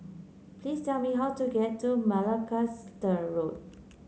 please tell me how to get to Macalister Road